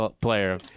player